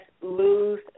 lose